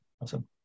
Awesome